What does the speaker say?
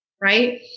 Right